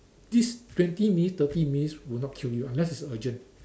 this twenty minutes thirty minutes will not kill you unless it's urgent